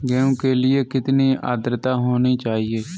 गेहूँ के लिए कितनी आद्रता होनी चाहिए?